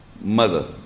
mother